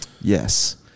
Yes